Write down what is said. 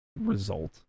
result